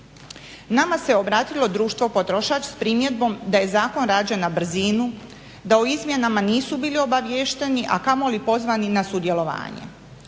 Nama se obratilo Društvo Potrošač s primjedbom da je zakon rađen na brzinu, a o izmjenama nisu bili obaviješteni a kamoli pozvani na sudjelovanje.